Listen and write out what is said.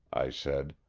i said.